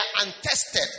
untested